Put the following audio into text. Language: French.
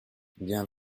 bien